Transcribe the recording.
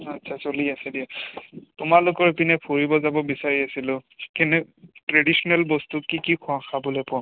আচ্ছা চলি আছে দিয়া তোমালোকৰ পিনে ফুৰিব যাব বিচাৰি আছিলোঁ কেনে ট্ৰেডিচনেল বস্তু কি কি খোৱা খাবলৈ পাওঁ